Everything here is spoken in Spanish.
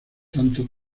tanto